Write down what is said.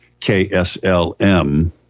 KSLM